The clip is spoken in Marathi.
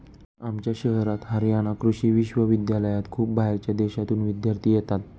आमच्या शहरात हरयाणा कृषि विश्वविद्यालयात खूप बाहेरच्या देशांतून विद्यार्थी येतात